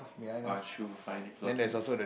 uh true fine is looking